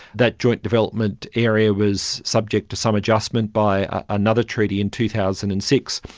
that joint development area was subject to some adjustment by another treaty in two thousand and six.